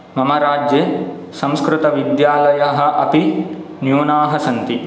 मम राज्ये संस्कृतविद्यालयः अपि न्यूनाः सन्ति